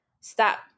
stop